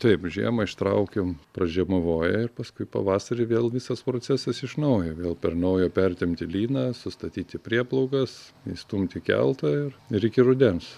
taip žiemą ištraukiam pražiemavoja ir paskui pavasarį vėl visas procesas iš naujo vėl per naujo pertempti lyną sustatyti prieplaukas išstumti keltą ir ir iki rudens